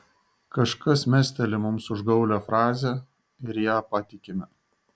kažkas mesteli mums užgaulią frazę ir ja patikime